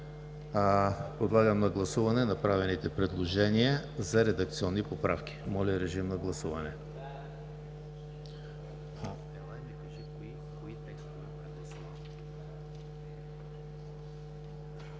Подлагам на гласуване направените предложения за редакционни поправки. Гласували